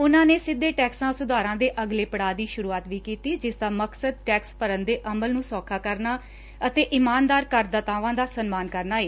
ਉਨੂਾ ਨੇ ਸਿੱਧੇ ਟੈਕਸਾਂ ਸੁਧਾਰਾਂ ਦੇ ਅਗਲੇ ਪੜਾਅ ਦੀ ਸੁਰੂਆਤ ਵੀ ਕੀਤੀ ਜਿਸ ਦਾ ਮਕਸਦ ਟੈਕਸ ਭਰਨ ਦੇ ਅਮਲ ਨੂੰ ਸੌਖਾ ਕਰਨਾ ਅਤੇ ਇਮਾਨਦਾਰ ਕਰਦਤਾਵਾਂ ਦਾ ਸਨਮਾਨ ਕਰਨਾ ਏ